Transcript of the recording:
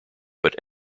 but